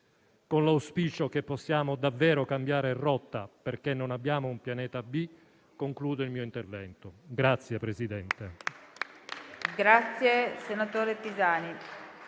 Con l'auspicio che possiamo davvero cambiare rotta, perché non abbiamo un pianeta B, concludo il mio intervento.